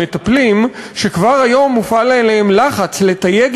ממטפלים שכבר היום מופעל עליהם לחץ לתייג